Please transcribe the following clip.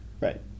Right